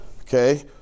okay